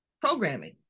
programming